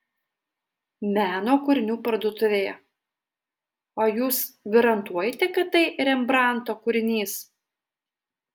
meno kūrinių parduotuvėje o jūs garantuojate kad tai rembrandto kūrinys